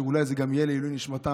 אולי זה גם יהיה לעילוי נשמתם,